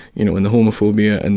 you know and the homophobia, and